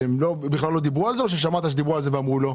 שהם בכלל לא דיברו על זה או ששמעת שדיברו על זה ואמרו לא?